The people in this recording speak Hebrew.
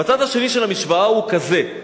והצד השני של המשוואה הוא כזה,